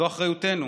זו אחריותנו